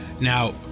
Now